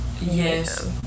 Yes